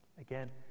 Again